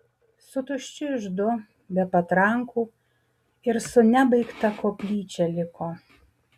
su tuščiu iždu be patrankų ir su nebaigta koplyčia liko